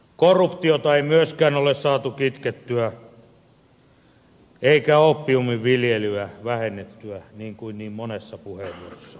korruptiota ei myöskään ole saatu kitkettyä eikä oopiumin viljelyä vähennettyä niin kuin niin monessa puheenvuorossa on sanottu